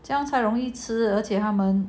这样才容易吃而且他们